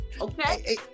Okay